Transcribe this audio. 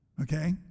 okay